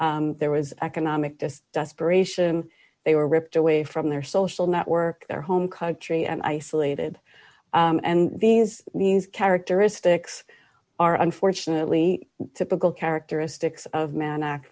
that there was economic the desperation they were ripped away from their social network their home country and isolated and these these characteristics are unfortunately typical characteristics of men act